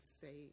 say